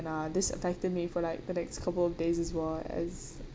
and uh this affected me for like the next couple days as well as